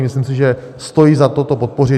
Myslím si, že stojí za to to podpořit.